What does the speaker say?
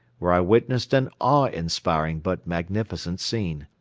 where i witnessed an awe-inspiring but magnificent scene.